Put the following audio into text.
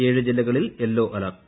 ഏഴ് ജില്ലകളിൽ yellow alert